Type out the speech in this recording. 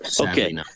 Okay